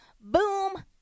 Boom